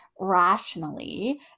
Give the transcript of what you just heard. rationally